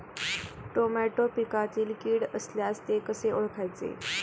Tomato पिकातील कीड असल्यास ते कसे ओळखायचे?